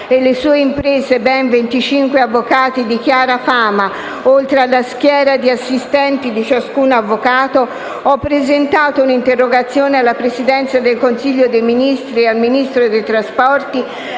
e le sue imprese ben 25 avvocati di chiara fama, oltre alla schiera di assistenti di ciascun avvocato, ho presentato un'interrogazione alla Presidenza del Consiglio dei ministri e al Ministro dei trasporti